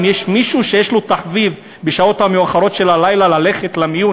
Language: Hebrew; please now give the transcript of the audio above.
האם יש מישהו שיש לו תחביב ללכת למיון